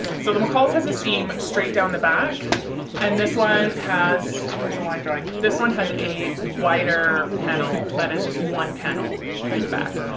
so the mccalls has a seam straight down the back and this one has, where's the line drawing. this one has a wider panel that is just one panel through the back.